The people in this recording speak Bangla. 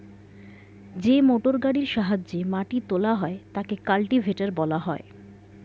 যে মোটরগাড়ির সাহায্যে মাটি তোলা হয় তাকে কাল্টিভেটর বলা হয়